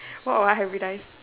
what would I hybridise